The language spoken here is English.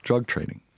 drug trading.